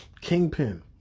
Kingpin